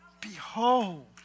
Behold